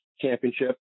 Championship